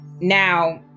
Now